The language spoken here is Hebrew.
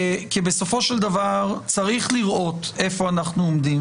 בסופו של דבר צריך לראות איפה אנחנו עומדים.